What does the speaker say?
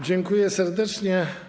Dziękuję serdecznie.